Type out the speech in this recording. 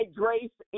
grace